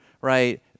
right